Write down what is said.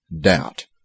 doubt